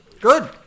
Good